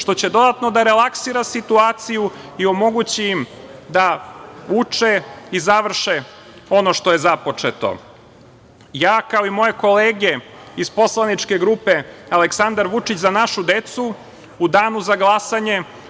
što će dodatno da relaksira situaciju i omogući im da uče i završe ono što je započeto. Ja, kao i moje kolege iz poslaničke grupe Aleksandar Vučić – Za našu decu, u danu za glasanje